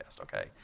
okay